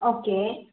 okay